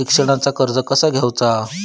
शिक्षणाचा कर्ज कसा घेऊचा हा?